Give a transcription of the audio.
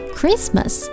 Christmas